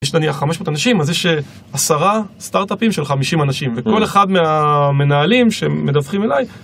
יש נניח 500 אנשים, אז יש 10 סטארט-אפים של 50 אנשים וכל אחד מהמנהלים שמדווחים אליי.